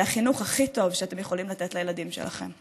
זה החינוך הכי טוב שאתם יכולים לתת לילדים שלכם.